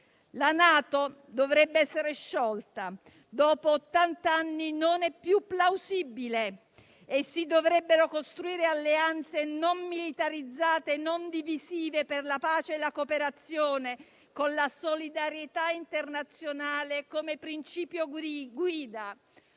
La NATO dovrebbe essere sciolta: dopo ottant'anni non è più plausibile e si dovrebbero costruire alleanze non militarizzate e non divisive per la pace e la cooperazione, con la solidarietà internazionale come principio guida,